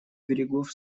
берегов